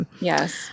Yes